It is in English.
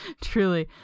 Truly